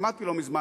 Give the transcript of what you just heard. שמעתי לא מזמן,